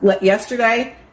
Yesterday